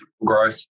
growth